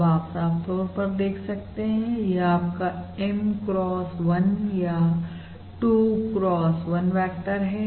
अब आप साफ तौर पर देख सकते हैं कि यह आपका M cross 1 या 2 cross 1 वेक्टर है